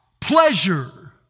pleasure